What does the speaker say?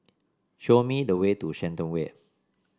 show me the way to Shenton Way